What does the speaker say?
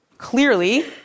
Clearly